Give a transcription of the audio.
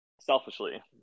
selfishly